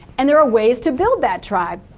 and there are ways to build that tribe.